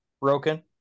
broken